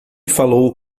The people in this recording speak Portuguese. falou